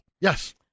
Yes